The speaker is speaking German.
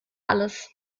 alles